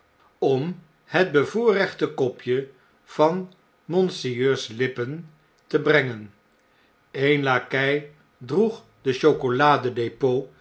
om het bevoorrechte kopje van monseigneurs lippen te brengen een lakei droeg den chocoladepot